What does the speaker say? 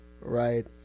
Right